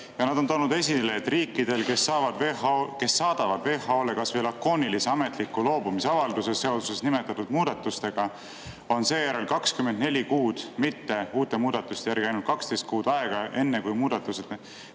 Nad on toonud esile, et riikidel, kes saadavad WHO‑le kas või lakoonilise ametliku loobumise avalduse seoses nimetatud muudatustega, on seejärel 24 kuud, mitte nagu uute muudatuste järgi ainult 12 kuud, aega, enne kui muudatused